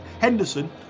Henderson